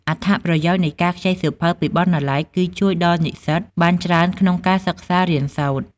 អត្ថប្រយោជន៍នៃការខ្ចីសៀវភៅពីបណ្ណាល័យគឺជួយដល់និស្សិតបានច្រើនក្នុងការសិក្សារៀនសូត្រ។